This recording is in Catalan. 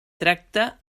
tracte